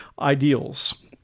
ideals